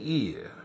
ear